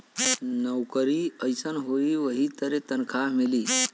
नउकरी जइसन होई वही तरे तनखा मिली